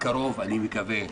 בקרוב אני מקווה,